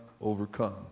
overcome